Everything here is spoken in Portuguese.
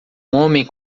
homem